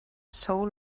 soul